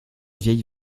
vieille